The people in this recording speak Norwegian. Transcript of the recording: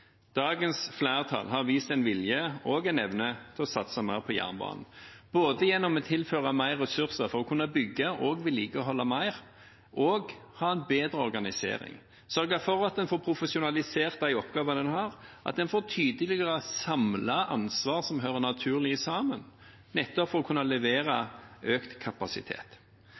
Dagens flertall har vist vilje og evne til å satse mer på jernbanen, både gjennom å tilføre mer ressurser for å kunne bygge – og vedlikeholde – mer og ved å ha en bedre organisering, at en sørger for at å få profesjonalisert de oppgavene en har, og at en tydeligere får samlet ansvar som naturlig hører sammen, nettopp for å kunne levere økt kapasitet.